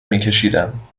میکشیدم